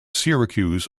syracuse